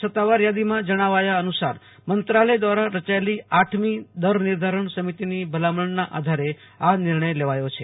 સત્તાવાર યાદીમાં જણાવ્યા અનુસાર મંત્રાલય દ્વારા રચાયેલી આઠમી દર નિર્ધારણ સમિતિની ભલામણના આધારે આ નિર્ણય લેવાયો છે